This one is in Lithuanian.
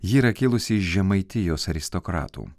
ji yra kilusi iš žemaitijos aristokratų